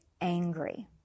angry